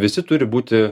visi turi būti